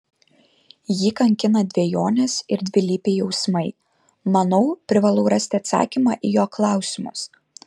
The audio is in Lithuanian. jį kankina dvejonės ir dvilypiai jausmai manau privalau rasti atsakymą į jo klausimus